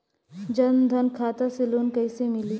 जन धन खाता से लोन कैसे मिली?